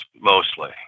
mostly